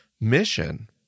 mission